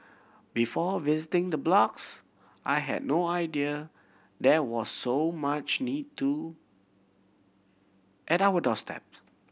before visiting the blocks I had no idea there was so much need to at our doorstep